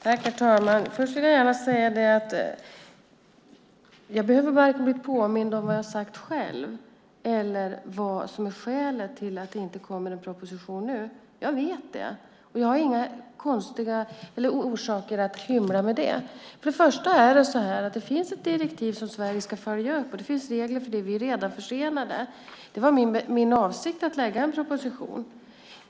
Fru talman! Först vill jag gärna säga att jag behöver varken bli påmind om vad jag har sagt själv eller om vad som är skälet till att det inte kommer en proposition nu. Jag vet det, och jag har inga orsaker att hymla med det. Det finns ett direktiv som Sverige ska följa upp, och det finns regler för det. Vi är redan försenade. Det var min avsikt att lägga fram en proposition.